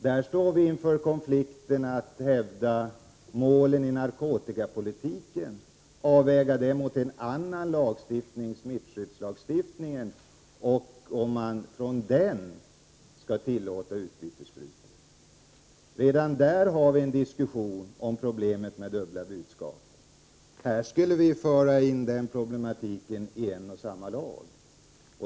Där står vi inför konflikten att avväga målen i narkotikapolitiken mot smittskyddslagstiftningen och avgöra om man med hänvisning till den kan tillåta utbytessprutor. Redan där har vi en diskussion om problemet med dubbla budskap. Här skulle vi föra in denna problematik i en och samma lag.